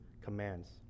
commands